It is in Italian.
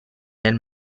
nel